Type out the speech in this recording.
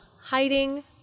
hiding